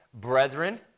brethren